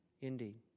indeed